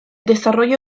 desarrollo